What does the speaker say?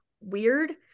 weird